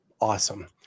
awesome